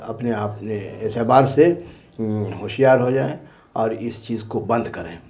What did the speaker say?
اپنے آپ نے اعتبار سے ہوشیار ہو جائیں اور اس چیز کو بند کریں